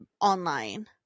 online